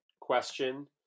question